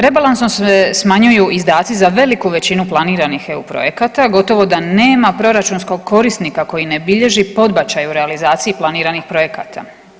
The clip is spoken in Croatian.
Rebalansom se smanjuju izdaci za veliku većinu planiranih EU projekata, gotovo da nema proračunskog korisnika koji ne bilježi podbačaj u realizaciji planiranih projekata.